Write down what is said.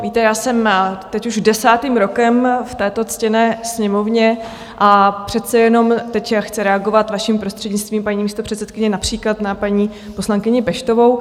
Víte, já jsem teď už desátým rokem v této ctěné Sněmovně a přece jenom teď chci reagovat, vaším prostřednictvím, paní místopředsedkyně, například na paní poslankyni Peštovou.